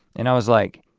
and i was like,